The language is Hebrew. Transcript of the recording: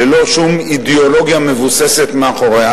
ללא שום אידיאולוגיה מבוססת מאחוריה,